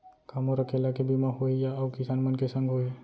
का मोर अकेल्ला के बीमा होही या अऊ किसान मन के संग होही?